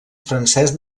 francès